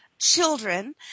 children